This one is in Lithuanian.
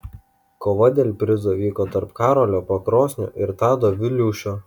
kova dėl prizo vyko tarp karolio pakrosnio ir tado viliūšio